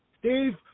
Steve